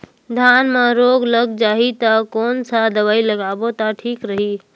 धान म रोग लग जाही ता कोन सा दवाई लगाबो ता ठीक रही?